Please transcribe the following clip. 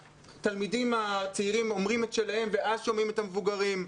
שהתלמידים הצעירים אומרים את שלהם ואז שומעים את המבוגרים.